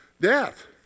Death